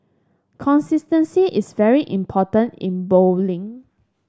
consistency is very important in bowling